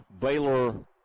Baylor